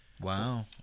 Wow